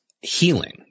healing